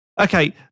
Okay